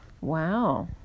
Wow